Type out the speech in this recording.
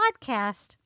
podcast